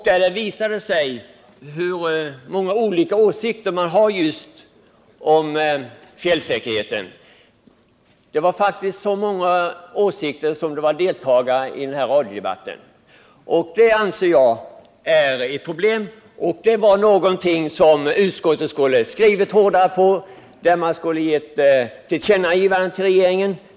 Där visade det sig hur många olika åsikter det finns om fjällsäkerheten — åsikterna var faktiskt lika många som antalet deltagare i radiodebatten. Det anser jag är ett problem och någonting som utskottet borde ha skrivit hårdare om och givit regeringen till känna.